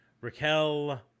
Raquel